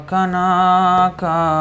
Kanaka